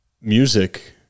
music